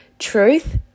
truth